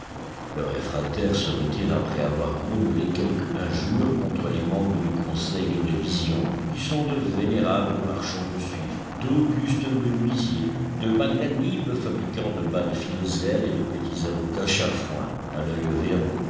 le réfractaire se retire après avoir grommelé quelque injure contre les membres du conseil de révision qui sont de vénérables marchands de suif d'augustes menuisiers de magnanimes fabricants de bas de filoselle et de petits avocats chafouins à l'œil vairon